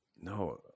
No